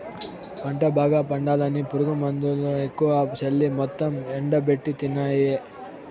పంట బాగా పండాలని పురుగుమందులెక్కువ చల్లి మొత్తం ఎండబెట్టితినాయే